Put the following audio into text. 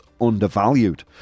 undervalued